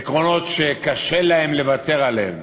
עקרונות שקשה להן לוותר עליהם.